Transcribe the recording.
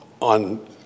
on